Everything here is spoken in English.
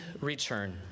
return